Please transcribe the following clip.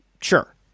Sure